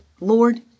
Lord